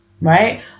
right